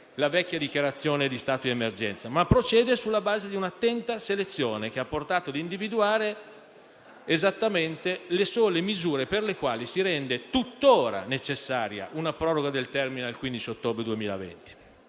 la vecchia dichiarazione di stato di emergenza, ma procede sulla base di un'attenta selezione, che ha portato ad individuare esattamente le sole misure per le quali si rende tuttora necessaria una proroga del termine al 15 ottobre 2020.